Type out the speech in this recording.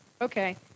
Okay